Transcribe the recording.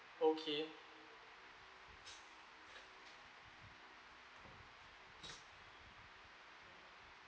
okay